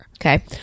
okay